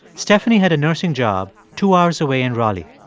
stephanie had a nursing job two hours away in raleigh.